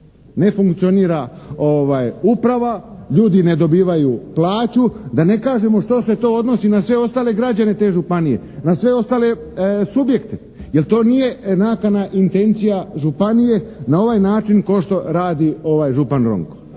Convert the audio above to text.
Ne funkcionira uprava, ljudi ne dobivaju plaće, da ne kažemo što se to odnosi na sve ostale građane te županije, na sve ostale subjekte jer to nije nakana, intencija ove županije na ovaj način kao što radi ovaj župan Ronko.